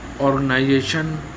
organization